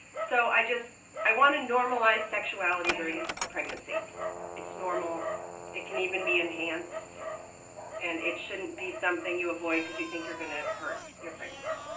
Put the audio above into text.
so i just i want to normalize sexuality during pregnancy it's normal it can even be enhanced and it shouldn't be something you avoid because you think you're going to hurt your pregnancy.